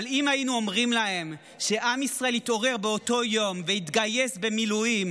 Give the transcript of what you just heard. אבל אם היינו אומרים להם שעם ישראל יתעורר באותו יום ויתגייס למילואים